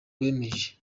bemeje